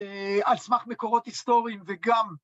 ‫על סמך מקורות היסטוריים וגם...